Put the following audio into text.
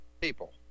people